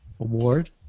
award